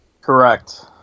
Correct